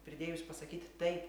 pridėjus pasakyt taip